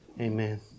Amen